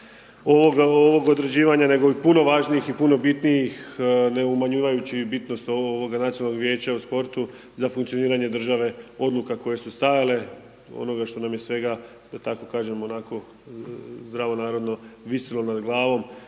ovog određivanja, nego i puno važnijih i puno bitnijih ne umanjivajući bitnost ovog Nacionalnog vijeća u sportu za funkcioniranje države odluka koje su stajale, onoga što nam je svega da tako kažem zdravonarodno visjelo nad glavom